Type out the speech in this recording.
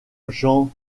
jean